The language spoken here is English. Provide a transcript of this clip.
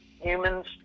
Humans